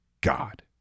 God